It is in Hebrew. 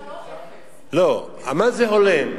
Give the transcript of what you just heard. לא, מה זה הולם?